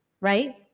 right